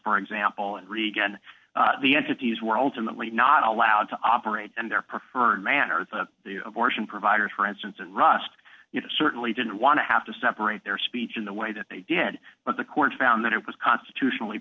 for example and reagan the entities were ultimately not allowed to operate and their preferred manner with the abortion providers for instance and rusk certainly didn't want to have to separate their speech in the way that they did but the court found that it was constitutionally